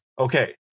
okay